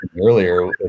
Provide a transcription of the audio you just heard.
earlier